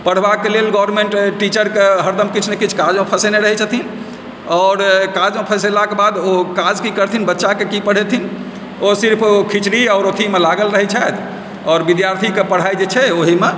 पढ़बाक लेल गवर्मेंट टीचरके हरदम किछु ने किछु काजमे फँसेने छथिन आओर काजमे फँसेला के बाद ओ काज की करथिन बच्चाके की पढ़ेथिन ओ सिर्फ ओ खिचड़ी आओर अथीमे लागल रहैत छथि आओर विद्यार्थीके पढ़ाइ जे छै ओहीमे